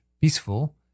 Peaceful